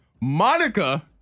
Monica